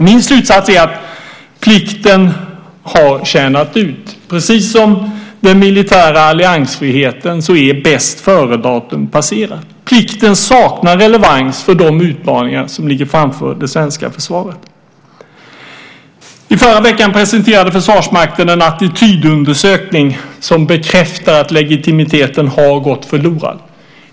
Min slutsats är att plikten har tjänat ut; precis som för den militära alliansfriheten är bästföredatum passerat. Plikten saknar relevans för de utmaningar som ligger framför det svenska försvaret. I förra veckan presenterade Försvarsmakten en attitydundersökning som bekräftar att legitimiteten har gått förlorad.